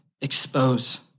expose